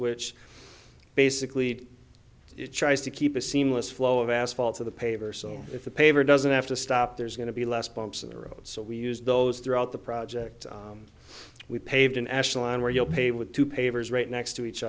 which basically it tries to keep a seamless flow of asphalt to the paper so if the paper doesn't have to stop there's going to be less bumps in the road so we used those throughout the project we paved in ashland where you'll pay with two pavers right next to each